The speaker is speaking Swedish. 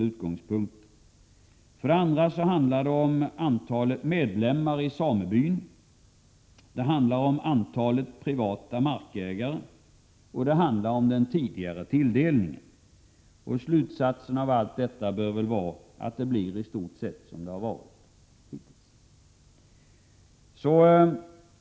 Dessutom handlar det om antalet medlemmar i samebyn, om antalet privata markägare och om den tidigare tilldelningen. Slutsatsen av allt detta bör vara att det i stort sett blir som det har varit hittills.